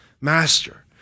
master